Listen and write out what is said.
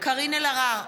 קארין אלהרר,